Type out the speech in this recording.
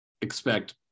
expect